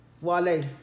Wale